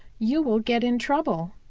you will get in trouble.